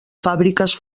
fàbriques